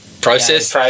process